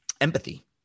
empathy